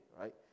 right